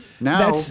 now